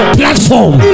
platform